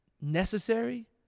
necessary